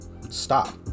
Stop